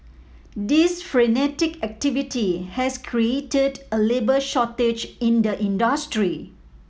this frenetic activity has created a labour shortage in the industry